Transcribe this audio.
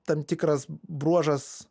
tam tikras bruožas